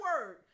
word